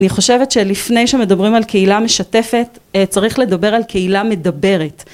אני חושבת שלפני שמדברים על קהילה משתפת צריך לדבר על קהילה מדברת